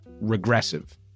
regressive